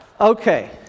Okay